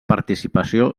participació